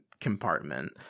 compartment